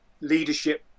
leadership